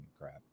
crap